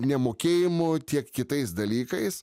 nemokėjimu tiek kitais dalykais